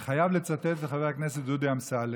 אני חייב לצטט את חבר הכנסת דודי אמסלם,